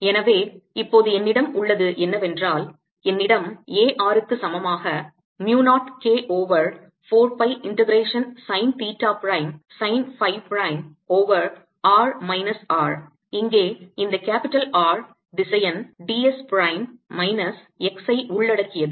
எனவே இப்போது என்னிடம் உள்ளது என்னவென்றால் என்னிடம் A r க்கு சமமாக mu 0 K over 4 pi integration sine theta prime sine phi prime over r minus R இங்கே இந்த கேப்பிட்டல் R திசையன் d s prime minus x ஐ உள்ளடக்கியது